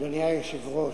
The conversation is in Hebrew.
אדוני היושב-ראש,